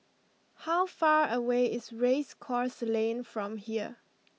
how far away is Race Course Lane from here